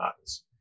eyes